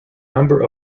number